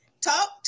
Talk